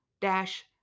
dash